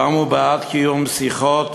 פעם הוא בעד קיום שיחות